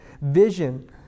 vision